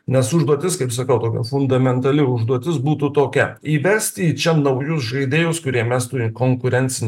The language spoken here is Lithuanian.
nes užduotis kaip sakau tokia fundamentali užduotis būtų tokia įvesti į čia naujus žaidėjus kurie mestų konkurencinį